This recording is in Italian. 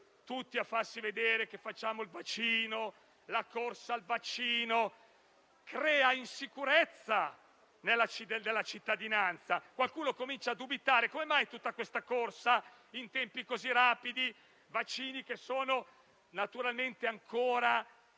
tutti a farci vedere che facciamo il vaccino. La corsa al vaccino crea insicurezza nella cittadinanza, in quanto qualcuno comincia a dubitare: come mai tutta questa corsa in tempi così rapidi, con vaccini che sono ancora